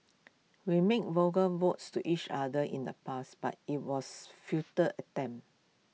we made vows to each other in the past but IT was futile attempt